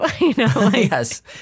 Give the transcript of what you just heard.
Yes